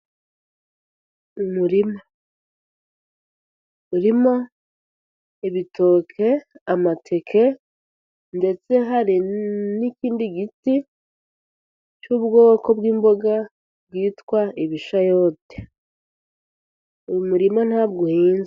Umurima urimo ibitoke, amateke, ndetse hari n'ikindi giti cy'ubwoko bw'imboga bwitwa ibishayote, uyu murima ntabwo uhinze.